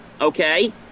okay